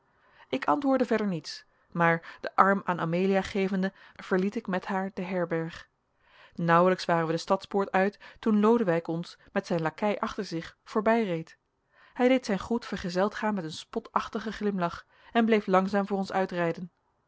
ik antwoordde verder niets maar den arm aan amelia gevende verliet ik met haar de herberg nauwelijks waren wij de stadspoort uit toen lodewijk ons met zijn lakei achter zich voorbijreed hij deed zijn groet vergezeld gaan met een spotachtigen glimlach en bleef langzaam voor ons